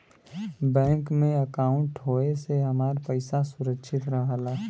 bank में अंकाउट होये से हमार पइसा सुरक्षित रहला